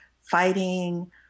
fighting